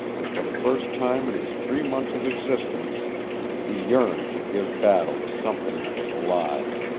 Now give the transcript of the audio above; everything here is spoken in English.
and for the first time in his three months of existence he yearned to give battle to something that was alive.